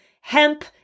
hemp